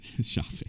shopping